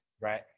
Right